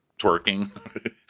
twerking